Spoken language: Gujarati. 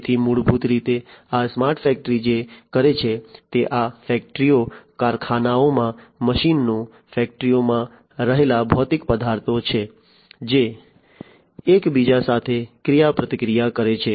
તેથી મૂળભૂત રીતે આ સ્માર્ટ ફેક્ટરી જે કરે છે તે આ ફેક્ટરીઓ કારખાનાઓમાં મશીનો ફેક્ટરીમાં રહેલા ભૌતિક પદાર્થો છે જે એકબીજા સાથે ક્રિયાપ્રતિક્રિયા કરે છે